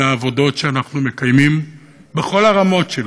העבודות שאנחנו מקיימים בכל הרמות שלהן.